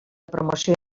promoció